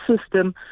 system